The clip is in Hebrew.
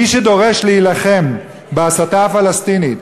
מי שדורש להילחם בהסתה הפלסטינית,